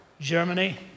Germany